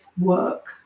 work